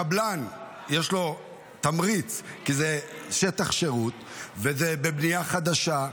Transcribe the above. לקבלן יש תמריץ, כי זה שטח שירות וזה בבנייה חדשה.